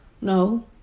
no